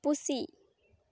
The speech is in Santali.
ᱯᱩᱥᱤ